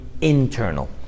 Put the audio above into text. internal